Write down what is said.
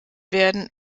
werden